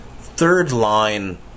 third-line